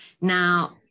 Now